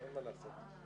סיעת מרצ,